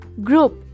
group